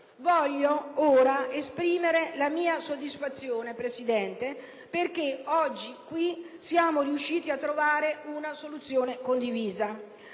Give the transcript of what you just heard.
Voglio ora esprimere la mia soddisfazione perché oggi qui siamo riusciti a trovare una soluzione condivisa.